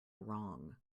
wrong